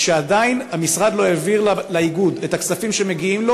כשעדיין המשרד לא העביר לאיגוד את הכספים שמגיעים לו